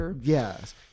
yes